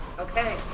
okay